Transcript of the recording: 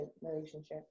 relationship